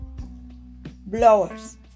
Blowers